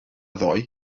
ddoe